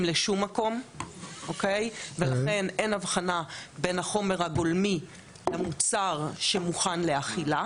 לשום מקום ולכן אין הבחנה בין החומר הגולמי למוצר שמוכן לאכילה.